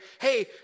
hey